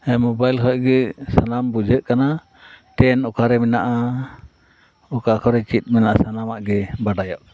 ᱦᱮᱸ ᱢᱳᱵᱟᱭᱤᱞ ᱠᱷᱚᱱ ᱜᱮ ᱥᱟᱱᱟᱢ ᱵᱩᱡᱷᱟᱹᱜ ᱠᱟᱱᱟ ᱴᱮᱹᱱ ᱚᱠᱟᱨᱮ ᱢᱮᱱᱟᱜᱼᱟ ᱚᱠᱟ ᱠᱚᱨᱮ ᱪᱮᱫ ᱢᱮᱱᱟᱜᱼᱟ ᱥᱟᱱᱟᱢᱟᱜ ᱜᱮ ᱵᱟᱰᱟᱭᱚᱜ ᱠᱟᱱᱟ